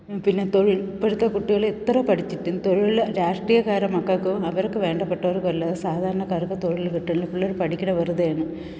പിന്നെ തൊഴിൽ ഇപ്പോഴത്തെ കുട്ടികൾ എത്ര പഠിച്ചിട്ടും തൊഴിലിൽ രാഷ്ട്രീയക്കാരുടെ മക്കൾക്ക് അവർക്ക് വേണ്ട പെട്ടവർക്കുമല്ലാതെ സാധാരണക്കാർക്കു തൊഴിൽ കിട്ടിയില്ല പിള്ളേർ പഠിക്കുന്നത് വെറുതെയാണ്